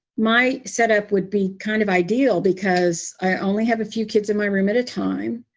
my set up would be kind of ideal because i only have a few kids in my room at a time.